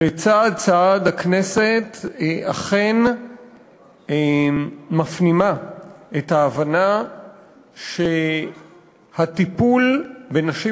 שצעד-צעד הכנסת אכן מפנימה את ההבנה שהטיפול בנשים